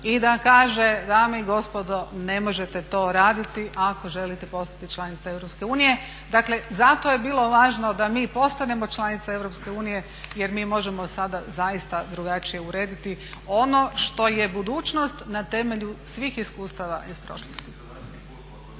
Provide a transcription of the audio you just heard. i da kaže dame i gospodo ne možete to raditi ako želite postati članica Europske unije. Dakle zato je bilo važno da mi postanemo članica Europske unije jer mi možemo sada zaista drugačije urediti ono što je budućnost na temelju svih iskustava iz prošlosti.